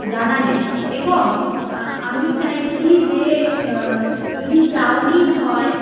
জানাবেন এবং আমি চাইছি যে যদি চাউমিন হয়